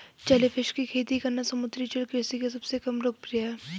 jellyfish की खेती करना समुद्री जल कृषि के सबसे कम लोकप्रिय है